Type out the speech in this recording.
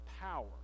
power